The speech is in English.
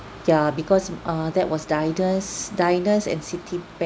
ya because uh that was diners diners and citbank